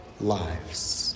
lives